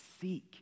seek